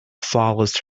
follows